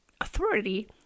authority